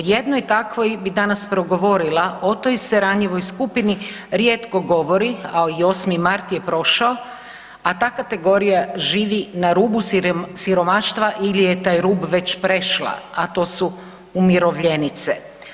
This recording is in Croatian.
jednoj takvoj bi danas progovorila, o toj se ranjivoj skupini rijetko govori, a 8. Mart je prošao, a ta kategorija živi na rubu siromaštva ili je taj rub već prešla, a to su umirovljenice.